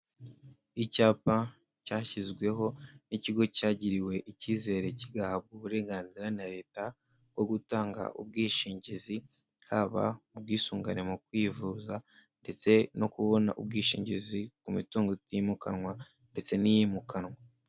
Icyapa cyashyizweho n'ikigo cyagiriwe icyizere kigahabwa uburenganzira na Leta bwo gutanga ubwishingizi, haba ubwisungane mu kwivuza ndetse no kubona ubwishingizi ku mitungo itimukanwa, ndetse n'iyimukanwa.